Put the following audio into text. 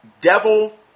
devil